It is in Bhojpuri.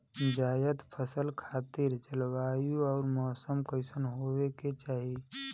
जायद फसल खातिर जलवायु अउर मौसम कइसन होवे के चाही?